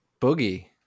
boogie